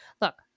Look